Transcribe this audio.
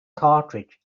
cartridge